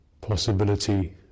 possibility